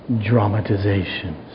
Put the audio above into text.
dramatizations